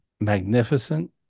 magnificent